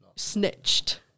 Snitched